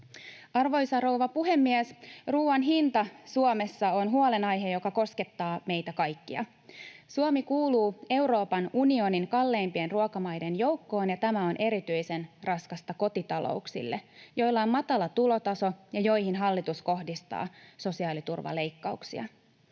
Arvoisa rouva puhemies! Ruuan hinta Suomessa on huolenaihe, joka koskettaa meitä kaikkia. Suomi kuuluu Euroopan unionin kalleimpien ruokamaiden joukkoon, ja tämä on erityisen raskasta kotitalouksille, joilla on matala tulotaso ja joihin hallitus kohdistaa sosiaaliturvaleikkauksia.